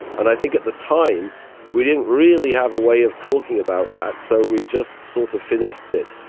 and i think at the time we didn't really have a way of talking about that so we just sort of finessed it.